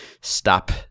stop